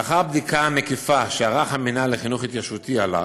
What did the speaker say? לאחר בדיקה מקיפה שערך המינהל לחינוך התיישבותי עלה